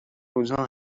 روزها